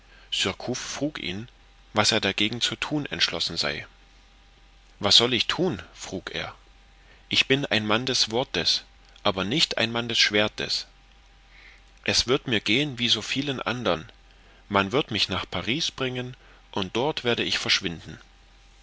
was er dagegen zu thun entschlossen sei was soll ich thun frug er ich bin ein mann des wortes aber nicht ein mann des schwertes es wird mir gehen wie so vielen andern man wird mich nach paris bringen und dort werde ich verschwinden